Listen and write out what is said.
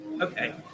Okay